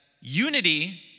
unity